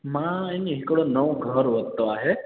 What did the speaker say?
मां आहे नी हिकिड़ो नओ घरु वरितो आहे